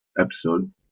episode